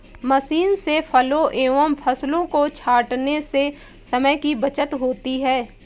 machine से फलों एवं फसलों को छाँटने से समय की बचत होती है